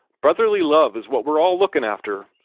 brotherly love is what we're all lookin' after.